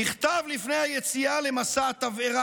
נכתב כך לפני היציאה למסע התבערה: